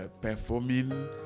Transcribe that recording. performing